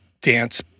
dance